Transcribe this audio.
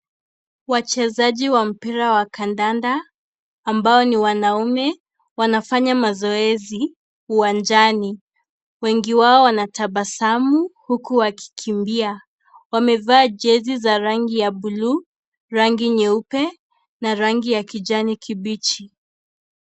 Wachezaji wa mpira wa kandanda ambabo ni wanaume wanafanya mazoezi uwanjani, wengi wao wanatabasamu huku wakikimbia, wamevaa jezi za rangi ya buluu rangi nyeupe, na rangi ya kijani kibichi.